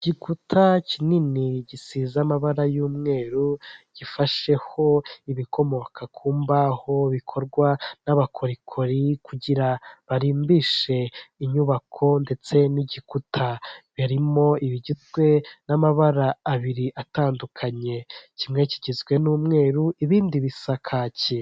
Igikuta kinini gisiza amabara y'umweru, gifasheho ibikomoka ku imbaho bikorwa n'abakorikori kugira ngo barimbishe inyubako; ndetse n'igikuta birimo ibigizwe n'amabara abiri atandukanye kimwe kigizwe n'umweru ibindi bisa kacye.